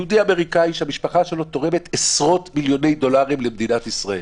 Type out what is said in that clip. יהודי אמריקאי שהמשפחה שלו תורמת עשרות מיליוני דולרים למדינת ישראל,